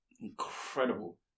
incredible